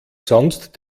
sonst